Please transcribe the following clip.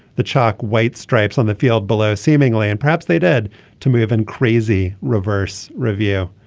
the chalk white stripes on the field below seemingly and perhaps they dared to move in crazy reverse review.